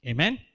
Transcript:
Amen